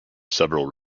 several